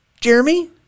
jeremy